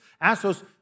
Assos